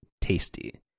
tasty